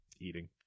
eating